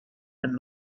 and